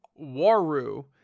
Waru